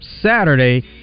Saturday